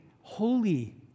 holy